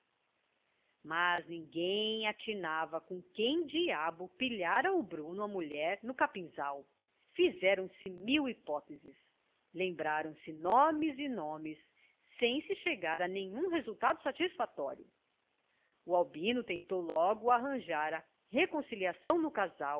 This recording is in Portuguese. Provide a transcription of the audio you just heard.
mas ninguém atinava com quem diabo pilhara o bruno a mulher no capinzal fizeram-se mil hipóteses lembrando-se nomes e nomes sem se chegar a nenhum resultado satisfatório o albino tentou logo arranjar a reconciliação do casal